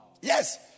Yes